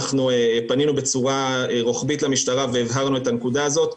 אנחנו פנינו בצורה רוחבית למשטרה והבהרנו את הנקודה הזאת.